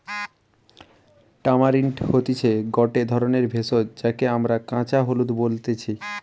tamarind হতিছে গটে ধরণের ভেষজ যাকে আমরা কাঁচা হলুদ বলতেছি